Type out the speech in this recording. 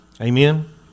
Amen